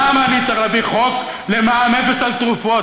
למה אני צריך להביא חוק למע"מ אפס על תרופות?